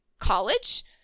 college